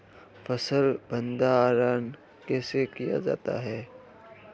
फ़सल भंडारण कैसे किया जाता है?